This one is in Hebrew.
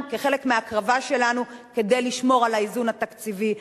כחלק מההקרבה שלנו כדי לשמור על האיזון התקציבי.